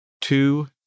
two